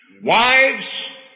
Wives